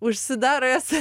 užsidaro jos